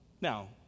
Now